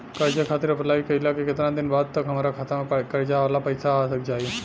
कर्जा खातिर अप्लाई कईला के केतना दिन बाद तक हमरा खाता मे कर्जा वाला पैसा आ जायी?